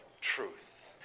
truth